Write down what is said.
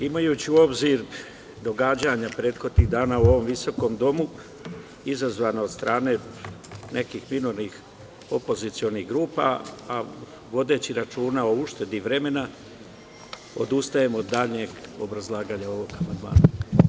Imajući u obzir događanja prethodnih dana u ovom visokom domu, izazvanih od strane nekih minornih opozicionih grupa, a vodeći računa o uštedi vremena, odustajem od daljnjeg obrazlaganja ovog amandmana.